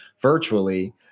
virtually